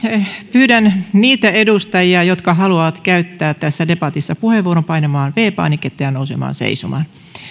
pyydän niitä edustajia jotka haluavat käyttää tässä debatissa puheenvuoron painamaan viides painiketta ja nousemaan seisomaan